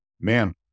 Man